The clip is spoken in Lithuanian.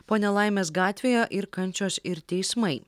po nelaimės gatvėje ir kančios ir teismai